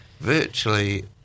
virtually